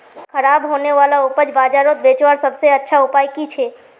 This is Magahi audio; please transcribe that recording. ख़राब होने वाला उपज बजारोत बेचावार सबसे अच्छा उपाय कि छे?